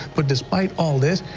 but despite all this,